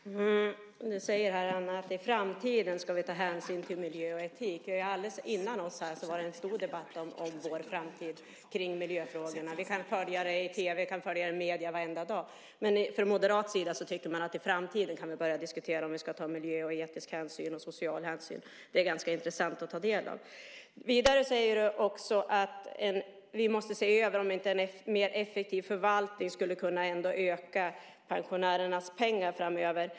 Herr talman! Du säger, Anna, att i framtiden ska vi ta hänsyn till miljö och etik. Alldeles före oss här var det en stor debatt om vår framtid och miljöfrågorna. Vi kan följa detta i tv och medier varenda dag. Men Moderaterna tycker att vi i framtiden kan börja diskutera om vi ska ta miljöhänsyn, etisk och social hänsyn. Det är ganska intressant att ta del av detta. Vidare säger du också att vi måste se över om inte en mer effektiv förvaltning skulle kunna öka pensionärernas pengar framöver.